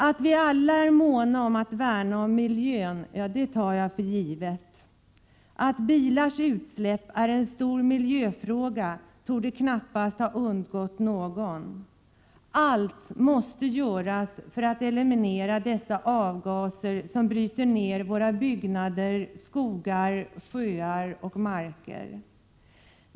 Att vi alla är måna om att värna om miljön tar jag för givet. Att bilars utsläpp är en stor miljöfråga torde knappast ha undgått någon. Allt måste göras för att eliminera dessa avgaser, som bryter ner våra byggnader, skogar, sjöar och marker.